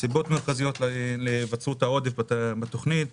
סיבות מרכזיות בגינן נוצרו עודפים בתכנית: